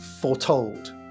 foretold